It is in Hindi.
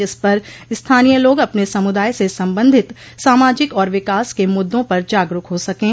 जिस पर स्थानीय लोग अपने समुदाय से संबंधित सामाजिक और विकास के मद्दों पर जागरूक हो सकें